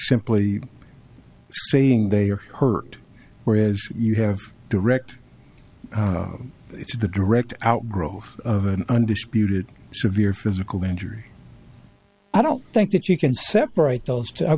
simply saying they are hurt where is you have direct the direct outgrowth of an undisputed severe physical injury i don't think that you can separate those